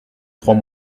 trois